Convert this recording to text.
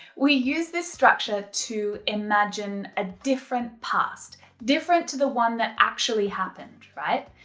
we use this structure to imagine a different past, different to the one that actually happened, right?